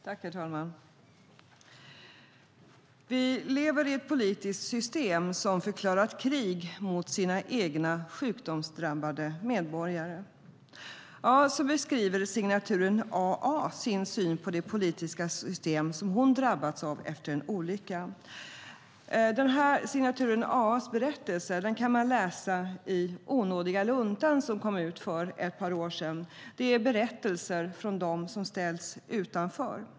Herr talman! "Vi lever i ett politiskt system som förklarat krig mot sina egna, sjukdomsdrabbade medborgare. ", som kom ut för ett par år sedan. Det är berättelser från dem som ställts utanför.